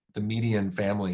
the median family